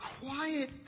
quiet